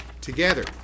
together